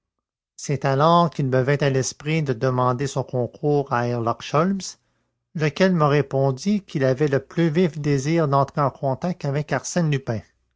c'est alors qu'il me vint à l'esprit de demander son concours à herlock sholmès lequel me répondit qu'il avait le plus vif désir d'entrer en contact avec arsène lupin